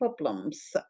problems